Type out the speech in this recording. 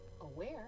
aware